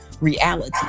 reality